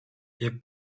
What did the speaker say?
jak